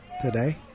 today